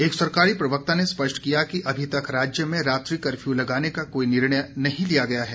एक सरकारी प्रवक्ता ने स्पष्ट किया कि अभी तक राज्य में रात्रि कर्फ्यू लगाने का कोई निर्णय नहीं लिया गया है